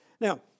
Now